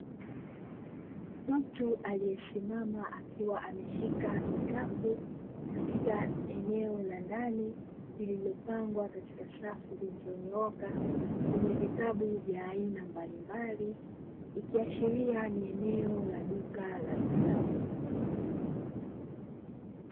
Mtu aliyesimama akiwa ameshika kikapu, katika eneo la ndani liliopangwa katika safu zilizonyooka, zenye vitabu vya aina mbalimbali, ikiashiria ni eneo la duka la vitabu.